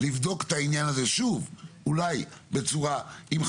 לבדוק את העניין הזה, שוב, אולי עם חברות.